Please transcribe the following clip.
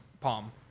palm